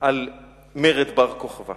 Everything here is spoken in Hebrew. על מרד בר-כוכבא.